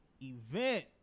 event